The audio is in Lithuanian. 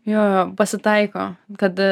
jo pasitaiko kad